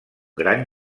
gran